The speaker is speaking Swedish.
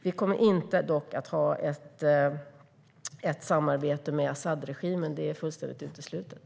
Vi kommer inte att ha ett samarbete med Asadregimen. Det är fullständigt uteslutet.